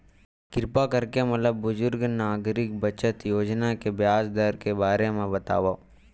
किरपा करके मोला बुजुर्ग नागरिक बचत योजना के ब्याज दर के बारे मा बतावव